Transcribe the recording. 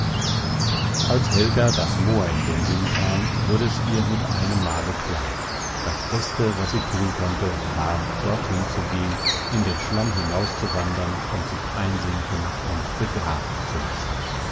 als helga das moor in den sinn kam wurde es ihr mit einem male klar das beste was sie tun konnte war dorthin zu gehn in den schlamm hinauszuwandern und sich einsinken und begraben zu lassen